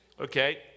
Okay